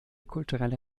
kulturelle